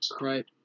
Right